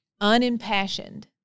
unimpassioned